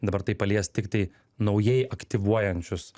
dabar tai palies tiktai naujai aktyvuojančius